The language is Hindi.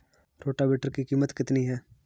रोटावेटर की कीमत कितनी है?